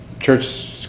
church